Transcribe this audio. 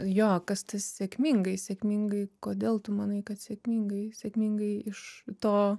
jo kas tas sėkmingai sėkmingai kodėl tu manai kad sėkmingai sėkmingai iš to